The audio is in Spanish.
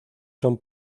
son